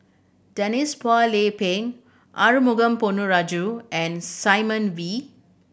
Denise Phua Lay Peng Arumugam Ponnu Rajah and Simon Wee